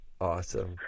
Awesome